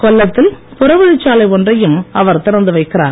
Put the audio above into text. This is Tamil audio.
கொல்லத்தில் புறவழிச்சாலை ஒன்றையும் அவர் திறந்து வைக்கிறார்